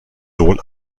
sohn